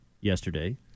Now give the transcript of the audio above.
yesterday